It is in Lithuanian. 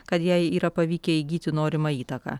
kad jai yra pavykę įgyti norimą įtaką